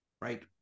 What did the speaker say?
Right